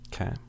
okay